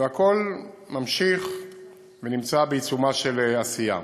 והכול נמשך ונמצא בעיצומה של עשייה.